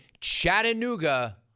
Chattanooga